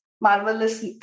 marvelous